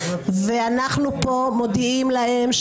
ואנחנו פה מודיעים להם,